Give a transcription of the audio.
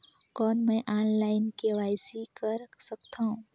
कौन मैं online KYC कर सकथव?